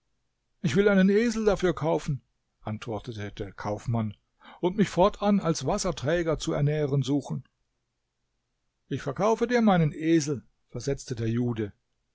ich will einen esel dafür kaufen antwortete der kaufmann und mich fortan als wasserträger zu ernähren suchen ich verkaufe dir meinen esel versetzte der jude